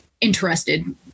interested